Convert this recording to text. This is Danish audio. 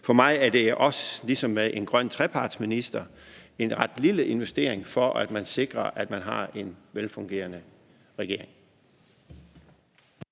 For mig er det ligesom med en minister for Grøn Trepart en ret lille investering, for at man sikrer, at man har en velfungerende regering.